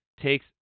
takes